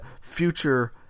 future